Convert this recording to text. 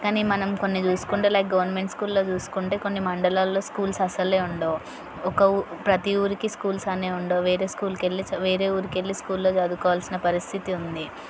కానీ మనం కొన్ని చూసుకుంటే లైక్ గవర్నమెంట్ స్కూల్లో చూసుకుంటే కొన్ని మండలాల్లో స్కూల్స్ అస్సలే ఉండవు ఒక ఊ ప్రతీ ఊరికి స్కూల్స్ అనేవి ఉండవు వేరే స్కూల్కు వెళ్ళి వేరే ఊరికి వెళ్ళి స్కూల్లో చదువుకోవాల్సిన పరిస్థితి ఉంది